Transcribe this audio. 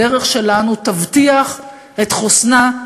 הדרך שלנו תבטיח את חוסנה,